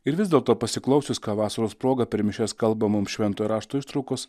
ir vis dėlto pasiklausius ką vasaros proga per mišias kalba mums šventojo rašto ištraukos